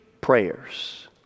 prayers